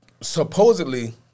supposedly